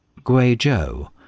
Guizhou